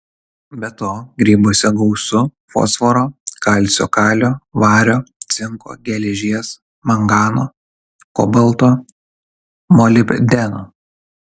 be to grybuose gausu fosforo kalcio kalio vario cinko geležies mangano kobalto molibdeno